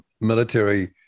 military